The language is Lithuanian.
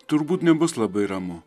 turbūt nebus labai ramu